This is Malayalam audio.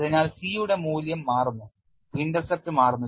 അതിനാൽ C യുടെ മൂല്യം മാറുന്നുഇന്റർസെപ്റ്റ മാറുന്നു